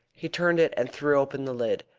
he turned it and threw open the lid.